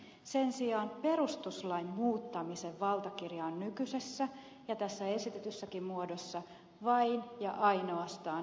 sen sijaan perustuslain muuttamisen valtakirja on nykyisessä ja tässä esitetyssäkin muodossa vain ja ainoastaan eduskunnalla